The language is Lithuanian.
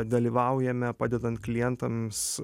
dalyvaujame padedant klientams